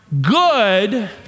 good